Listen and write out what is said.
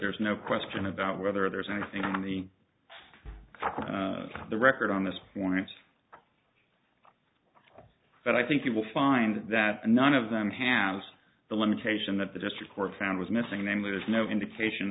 there's no question about whether there's anything on the the record on this point but i think you will find that none of them have the limitation that the district court found was missing namely there's no indication